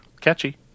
catchy